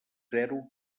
zero